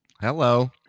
Hello